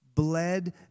bled